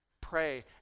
pray